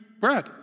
bread